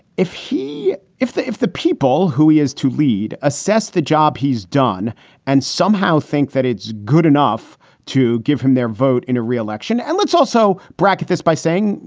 if he if if the people who he is to lead assess the job he's done and somehow think that it's good enough to give him their vote in a re-election. and let's also bracket this by saying,